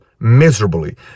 Miserably